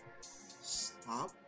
Stop